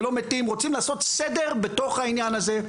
רוצים לעשות סדר בתוך העניין הזה.